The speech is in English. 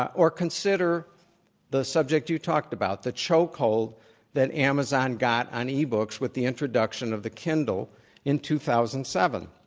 or consider the subject you talked about, the chokehold that amazon got on ebooks with the introduction of the kindle in two thousand and seven.